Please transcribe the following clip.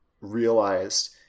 realized